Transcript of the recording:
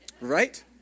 right